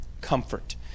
comfort